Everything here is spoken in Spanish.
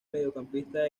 mediocampista